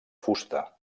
fusta